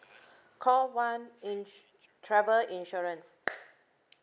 call one in~ travel insurance